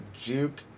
Juke